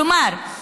כלומר,